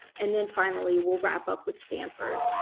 and then finally, we'll wrap up with stanford.